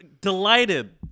delighted